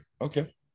Okay